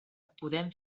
podem